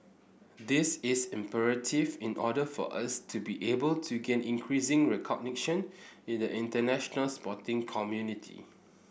this is imperative in order for us to be able to gain increasing recognition in the international sporting community